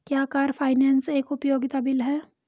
क्या car finance एक उपयोगिता बिल है?